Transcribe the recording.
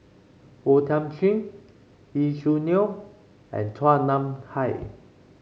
O Thiam Chin Lee Choo Neo and Chua Nam Hai